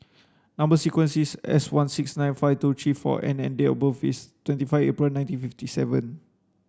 number sequence is S one six nine five two three four N and date of birth is twenty five April nineteen fifty seven